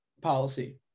policy